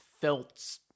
felt